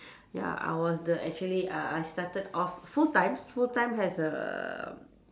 ya I was the actually uh I started off full time full time has err